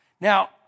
Now